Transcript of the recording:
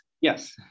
Yes